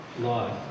life